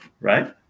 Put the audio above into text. Right